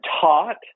taught